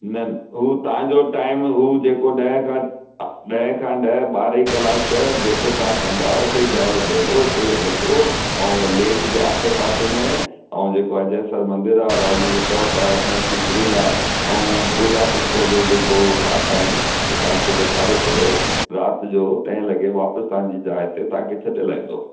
न उहो तव्हांजो टाइम हू जेको ॾह खां ॾह खां ॾह ॿारहें कलाक जेको तव्हां चवंदा उते ई ड्राइवर बीहंदो उते ई हलंदो ऐं लेक जे आसे पासे में ऐं जेको आहे अजयसर मंदिर अरावली रिसोट आहे स्मोकी ग्रिल आहे ऐं बूढ़ा पुष्कर जो जेको घाट आहिनि उहो तव्हांखे ॾेखारे करे राति जो ॾहें लॻे वापसि तव्हांजी जाइ ते तव्हांखे छॾे लाहींदो